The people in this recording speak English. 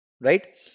right